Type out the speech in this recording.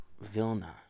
Vilna